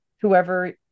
whoever